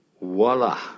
Voila